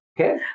Okay